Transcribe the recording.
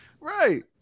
Right